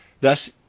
Thus